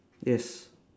yes